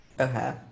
Okay